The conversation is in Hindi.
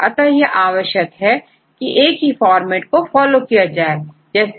अतः यह आवश्यक है की एक ही फॉर्मेट को फॉलो किया जाए जैसे